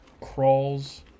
Crawls